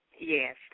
Yes